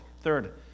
third